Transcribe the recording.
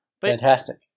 Fantastic